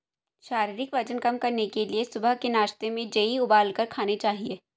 शारीरिक वजन कम करने के लिए सुबह के नाश्ते में जेई उबालकर खाने चाहिए